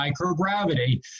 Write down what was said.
microgravity